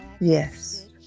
Yes